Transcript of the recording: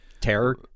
terror